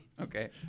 Okay